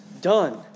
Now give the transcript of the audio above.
done